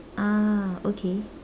ah okay